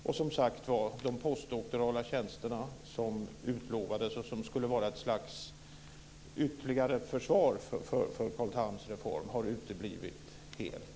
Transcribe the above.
Och, som sagt var, de postdoktorala tjänsterna som utlovades och som skulle vara ett slags ytterligare försvar för Carl Thams reform har uteblivit helt.